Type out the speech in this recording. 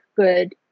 good